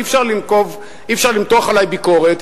אי-אפשר למתוח עלי ביקורת,